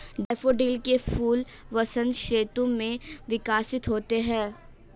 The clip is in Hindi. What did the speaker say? डैफोडिल के फूल वसंत ऋतु में विकसित होते हैं